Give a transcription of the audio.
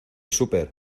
súper